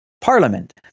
parliament